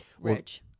rich